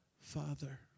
Father